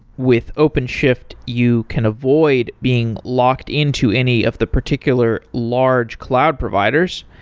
with openshift, you can avoid being locked into any of the particular large cloud providers.